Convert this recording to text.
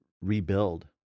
rebuild